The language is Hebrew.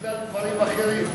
בגלל דברים אחרים.